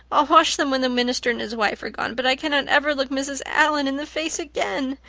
i'll wash them when the minister and his wife are gone, but i cannot ever look mrs. allan in the face again.